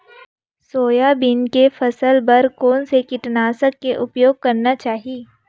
Soybean के फसल बर कोन से कीटनाशक के उपयोग करना चाहि?